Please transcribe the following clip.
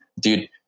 dude